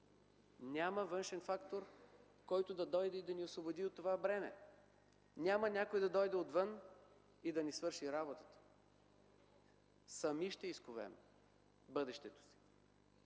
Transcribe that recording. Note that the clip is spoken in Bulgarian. Няма външен фактор, който да дойде и да ни освободи от това бреме, няма някой да дойде отвън и да ни свърши работата. Сами ще изковем бъдещето си.